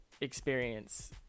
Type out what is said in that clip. experience